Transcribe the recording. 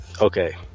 Okay